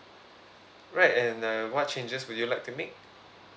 right and uh what changes would you like to make